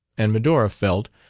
and medora felt,